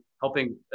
helping